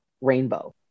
rainbow